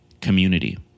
community